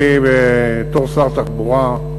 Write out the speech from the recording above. אני בתור שר התחבורה,